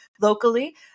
locally